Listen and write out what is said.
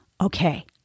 Okay